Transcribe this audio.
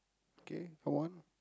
K go on